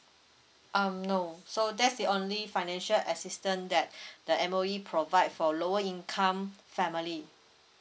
um no so that's the only financial assistant that the M_O_E provide for lower income family